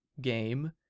game